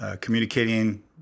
communicating